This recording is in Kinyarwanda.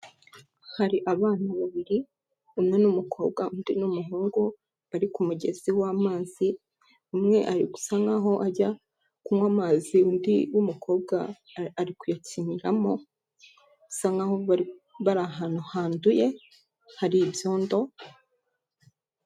Hari abana babiri umwe ni umukobwa undi ni umuhungu bari ku mugezi w'amazi, umwe ari gusa nkaho ajya kunywa amazi undi w'umukobwa ari kuyakiniramo bisa nkaho bari ahantu handuye hari ibyondo...